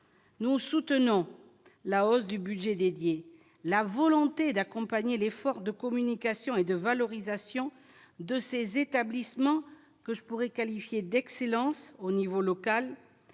nous soutenons la hausse du budget dédié la volonté d'accompagner l'effort de communication et de valorisation de ces établissements que je pourrais qualifier d'excellence au niveau local,